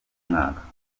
mwaka